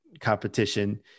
competition